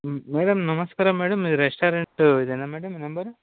madam నమస్కారం madam ఇది restaurant ఇదేనా మేడమ్ నెంబరు